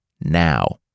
Now